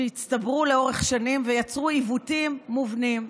שהצטברה לאורך שנים ויצרה עיוותים מובנים.